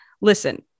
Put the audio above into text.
listen